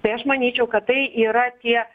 tai aš manyčiau kad tai yra apie